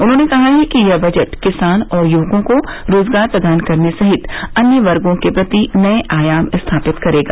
उन्होंने कहा कि यह बजट किसान और युवकों को रोजगार प्रदान करने सहित अन्य वर्गो के प्रति नये आयाम स्थापित करेगा